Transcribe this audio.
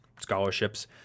scholarships